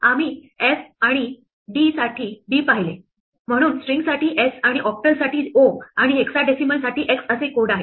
आम्ही f आणि d पाहिले म्हणून स्ट्रिंगसाठी s आणि octal साठी o आणि hexadecimal साठी x असे कोड आहेत